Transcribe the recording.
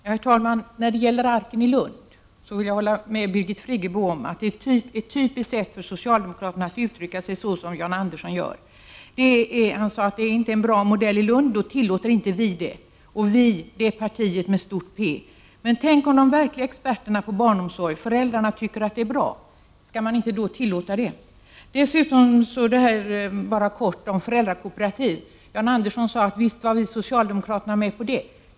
Herr talman! När det gäller Arken i Lund vill jag hålla med Birgit Friggebo om att det är typiskt för socialdemokraterna att uttrycka sig så som Jan Andersson gör. Han sade att det inte är en bra modell i Lund, och då tillåter inte vi det. Och ”vi” är Partiet med stort P. Men tänk om de verkliga experterna på barnomsorg, föräldrarna, tycker att den modellen är bra — skall man inte då tillåta den? I fråga om detta med föräldrakooperativ sade Jan Andersson att visst var socialdemokraterna med på det.